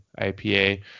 IPA